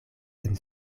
sen